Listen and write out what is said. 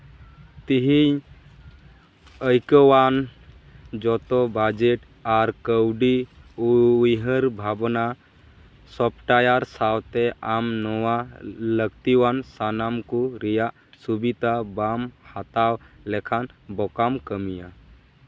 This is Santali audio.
ᱛᱮᱦᱤᱧ ᱟᱹᱭᱠᱟᱹᱣᱟᱱ ᱡᱚᱛᱚ ᱵᱟᱡᱮᱴ ᱟᱨ ᱠᱟᱹᱣᱰᱤ ᱩᱭᱦᱟᱹᱨ ᱵᱷᱟᱵᱽᱱᱟ ᱥᱚᱯᱷᱴᱣᱟᱨ ᱥᱟᱶᱛᱮ ᱟᱢ ᱱᱚᱣᱟ ᱞᱟᱹᱠᱛᱤᱭᱟᱱ ᱥᱟᱱᱟᱢ ᱠᱚ ᱨᱮᱭᱟᱜ ᱥᱩᱵᱤᱫᱷᱟ ᱵᱟᱢ ᱦᱟᱛᱟᱣ ᱞᱮᱠᱷᱟᱱ ᱵᱚᱠᱟᱢ ᱠᱟᱹᱢᱤᱭᱟ